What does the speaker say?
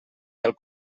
del